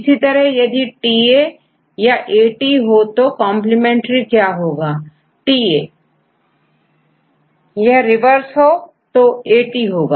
इसी तरह यदिTA याAT हो तो कंप्लीमेंट्री क्या होगा स्टूडेंटTA यदि यहां रिवर्स हो तोAT होगा